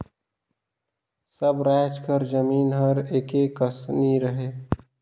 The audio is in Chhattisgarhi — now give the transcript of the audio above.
सब राएज कर जमीन हर एके कस नी रहें